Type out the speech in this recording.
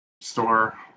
store